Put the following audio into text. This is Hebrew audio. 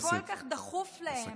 מעניין למה כל כך דחוף להם